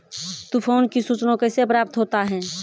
तुफान की सुचना कैसे प्राप्त होता हैं?